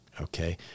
okay